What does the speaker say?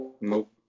Nope